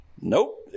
Nope